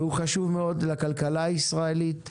והוא חשוב מאוד לכלכלה הישראלית,